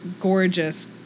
gorgeous